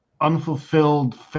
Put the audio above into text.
unfulfilled